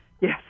Yes